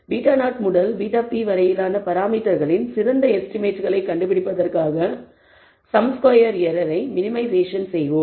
β0 முதல் βp வரையிலான பராமீட்டர்களின் சிறந்த எஸ்டிமேட்களைக் கண்டுபிடிப்பதற்காக சம் ஸ்கொயர் எரர் ஐ மினிமைசேசன் செய்வோம்